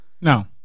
No